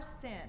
sin